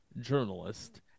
journalist